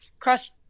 Cross